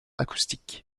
acoustique